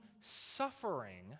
suffering